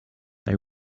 they